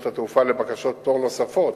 התעופה לבקשות פטור נוספות